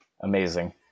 Amazing